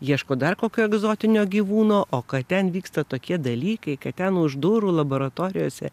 ieško dar kokio egzotinio gyvūno o kad ten vyksta tokie dalykai kad ten už durų laboratorijose